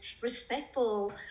respectful